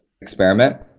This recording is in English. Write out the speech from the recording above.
experiment